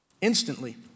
Instantly